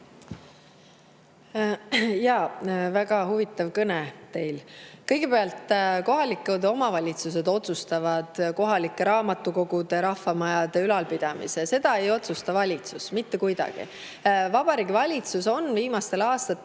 Väga huvitav kõne teil. Kõigepealt, kohalikud omavalitsused otsustavad kohalike raamatukogude ja rahvamajade ülalpidamise. Seda ei otsusta valitsus mitte kuidagi. Vabariigi Valitsus on viimastel aastatel